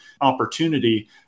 opportunity